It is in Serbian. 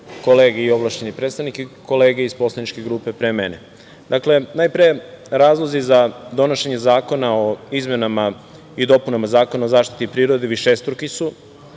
kolege i ovlašćeni predstavnik i kolege iz poslaničke grupe pre mene. Dakle, najpre razlozi za donošenje zakona o izmenama i dopunama Zakona o zaštiti prirode su višestruki,